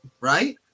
Right